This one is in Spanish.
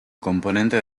componente